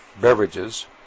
beverages